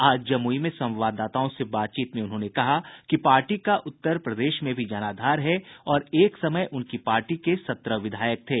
आज जमुई में संवाददाताओं से बातचीत में उन्होंने कहा कि पार्टी का उत्तर प्रदेश में भी जनाधार है और एक समय में उनकी पार्टी के सत्रह विधायक थे